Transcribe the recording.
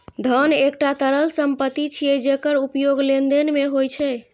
धन एकटा तरल संपत्ति छियै, जेकर उपयोग लेनदेन मे होइ छै